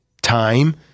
time